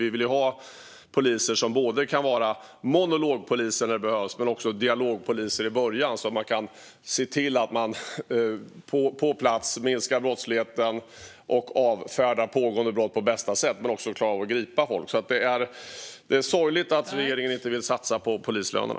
Vi vill ju ha poliser som kan vara monologpoliser när det behövs men dialogpoliser i början, så att man kan minska brottsligheten på plats och avbryta pågående brott på bästa sätt men också klara av att gripa folk. Det är sorgligt att regeringen inte vill satsa på polislönerna.